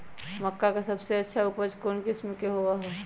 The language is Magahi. मक्का के सबसे अच्छा उपज कौन किस्म के होअ ह?